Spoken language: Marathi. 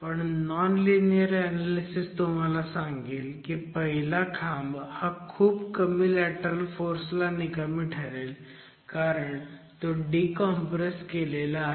पण नॉन लिनीयर ऍनॅलिसिस तुम्हाला सांगेल की पहिला खांब हा खूप कमी लॅटरल फोर्स ला निकामी ठरेल कारण तो डी कॉम्प्रेस केलेला आहे